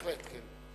בהחלט, כן.